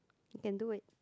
you can do it